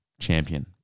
champion